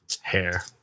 Hair